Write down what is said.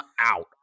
out